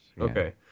Okay